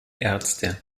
ärzte